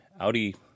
Audi